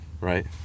Right